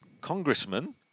Congressman